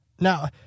Now